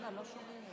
חברים, לא שומעים.